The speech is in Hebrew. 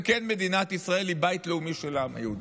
וכן, מדינת ישראל היא בית לאומי של העם היהודי,